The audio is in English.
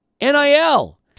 NIL